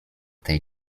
tej